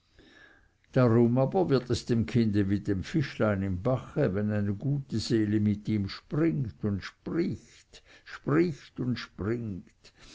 darum aber wird es dem kinde wie dem fischlein im bache wenn eine gute seele mit ihm springt und spricht spricht und springt